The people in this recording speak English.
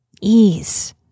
ease